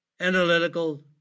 analytical